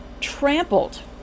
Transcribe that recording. trampled